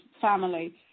family